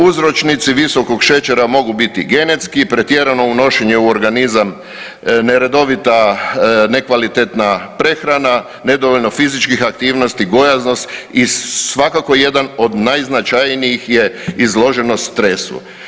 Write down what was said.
Uzročnici visokog šećera mogu biti genetski, pretjerano unošenje u organizam neredovita, nekvalitetna prehrana, nedovoljno fizičkih aktivnosti, gojaznost i svakako jedan od najznačajnijih je izloženost stresu.